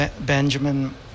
benjamin